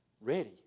ready